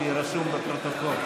שיהיה רשום בפרוטוקול.